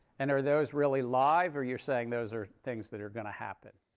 and are those really live? or you're saying those are things that are going to happen?